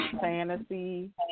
fantasy